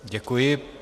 Děkuji.